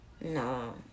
No